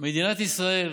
מדינת ישראל,